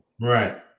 Right